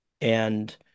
And-